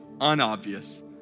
unobvious